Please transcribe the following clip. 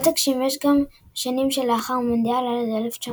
ההעתק שימש גם בשנים שלאחר המונדיאל, עד 1970.